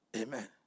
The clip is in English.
Amen